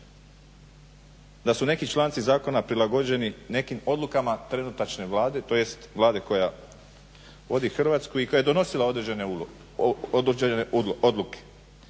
da su neki članci zakona prilagođeni nekim odlukama trenutačne Vlade, tj. Vlade koja vodi Hrvatsku i koja je donosila određene odluke.